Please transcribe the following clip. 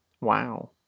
Wow